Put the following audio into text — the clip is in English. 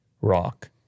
rock